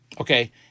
okay